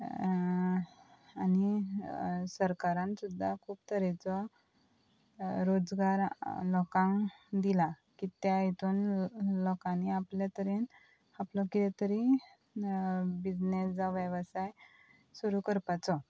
आनी सरकारान सुद्दां खूब तरेचो रोजगार लोकांक दिला की त्या हितून लोकांनी आपले तरेन आपलो कितें तरी न बिजनेस जावं वेवसाय सुरू करपाचो